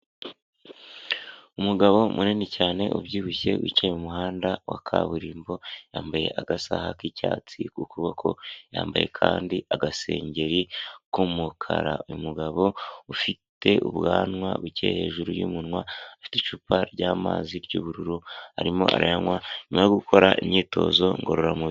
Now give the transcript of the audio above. Umugabo munini cyane ubyibushye wicaye mu muhanda wa kaburimbo, yambaye agasaha k'icyatsi ku kuboko. Yambaye kandi agasengeri k'umukara, umugabo ufite ubwanwa buke hejuru y’umunwa. Afite icupa ry’amazi ry'ubururu, arimo arayanywa nyuma yo gukora imyitozo ngororamubiri.